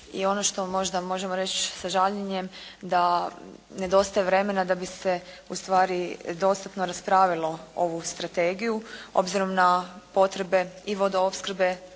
I ono što možda možemo reći sa žaljenjem da nedostaje vremena da bi se ustvari dostatno raspravilo ovu strategiju obzirom na potrebe i vodoopskrbe